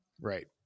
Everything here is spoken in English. Right